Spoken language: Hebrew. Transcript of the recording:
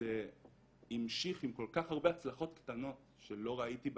וזה המשיך עם כל כך הרבה הצלחות קטנות שלא ראיתי בעצמי.